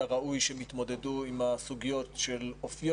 היה ראוי שהם יתמודדו עם הסוגיות של אופיו